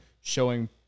showing